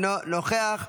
אינו נוכח,